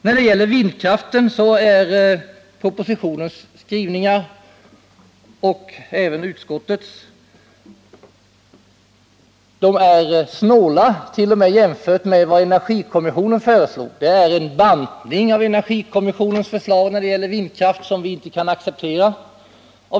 När det gäller vindkraften är såväl propositionens som utskottets skrivningar snåla, t.o.m. jämfört med vad energikommissionen föreslår. Det är en bantning av energikommissionens förslag när det gäller vindkraften som vi inte kan acceptera.